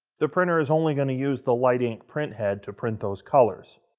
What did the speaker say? the printer is only going to use the light ink printhead to print those colors.